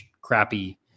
crappy